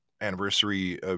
anniversary